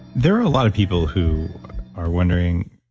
there are a lot of people who are wondering,